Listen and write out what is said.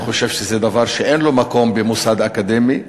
אני חושב שזה דבר שאין לו מקום במוסד אקדמי.